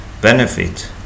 benefit